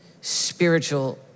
spiritual